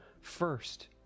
first